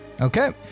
Okay